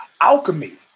alchemy